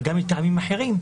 אבל גם מטעמים אחרים,